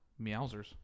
Meowsers